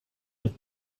with